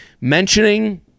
mentioning